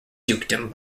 dukedom